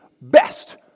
best